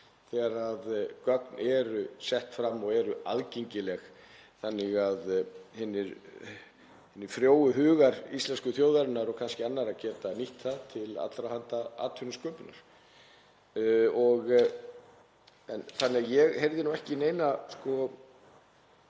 þegar gögn eru sett fram og eru aðgengileg þannig að hinir frjóu hugar íslensku þjóðarinnar og kannski annarra geti nýtt þau til allra handa atvinnusköpunar. Ég heyrði ekki neina